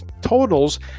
totals